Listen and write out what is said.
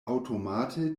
aŭtomate